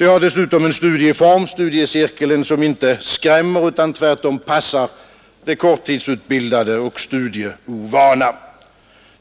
De har dessutom en studieform, studiecirkeln, som inte skrämmer utan tvärtom passar de korttidsutbildade och studieovana.